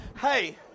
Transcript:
Hey